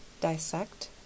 dissect